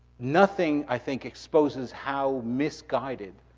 nothing, i think, exposes how misguided